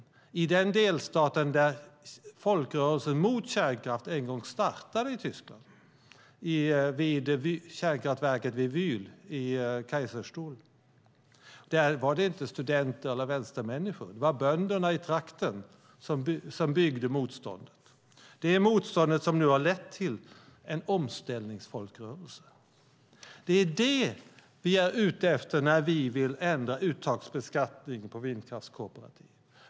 Det är den delstat där folkrörelsen mot kärnkraft en gång startade i Tyskland, vid kärnkraftverket i Wyhl i Kaiserstuhl. Det var inte studenter eller vänstermänniskor utan bönder i trakten som byggde motståndet. Det är det motståndet som har lett till en omställningsfolkrörelse. Det är detta vi är ute efter när vi vill ändra uttagsbeskattningen på vindkraftskooperativ.